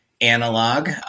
analog